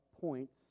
points